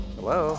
Hello